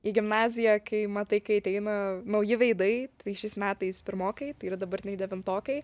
į gimnaziją kai matai kai ateina nauji veidai tai šiais metais pirmokai tai yra dabartiniai devintokai